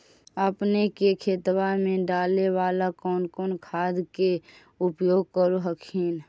अपने के खेतबा मे डाले बाला कौन कौन खाद के उपयोग कर हखिन?